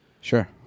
sure